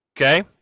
Okay